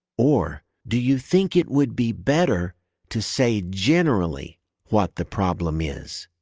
or do you think it would be better to say generally what the problem is?